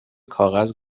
کاغذ